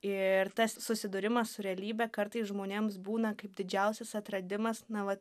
ir tas susidūrimas su realybe kartais žmonėms būna kaip didžiausias atradimas na va